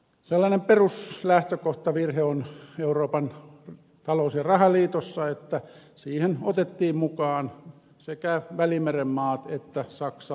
sellainen peruslähtökohtavirhe on euroopan talous ja rahaliitossa että siihen otettiin mukaan sekä välimeren maat että saksa ja suomi